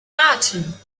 raten